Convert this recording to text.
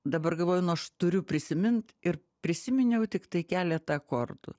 dabar galvoju nu aš turiu prisimint ir prisiminiau tiktai keletą akordų